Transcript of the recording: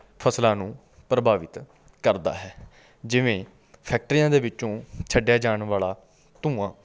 ਫਸਲਾਂ ਨੂੰ ਪ੍ਰਭਾਵਿਤ ਕਰਦਾ ਹੈ ਜਿਵੇਂ ਫੈਕਟਰੀਆਂ ਦੇ ਵਿੱਚੋਂ ਛੱਡਿਆ ਜਾਣ ਵਾਲਾ ਧੂੰਆਂ